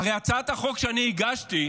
הרי הצעת החוק שאני הגשתי,